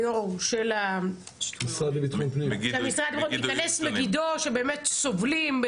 המשרד לביטחון פנים תיכנס מגידו, שבאמת סובלים.